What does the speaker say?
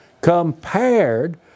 compared